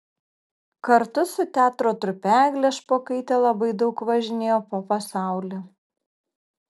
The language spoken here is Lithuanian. kartu su teatro trupe eglė špokaitė labai daug važinėjo po pasaulį